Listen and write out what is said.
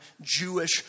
Jewish